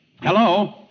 Hello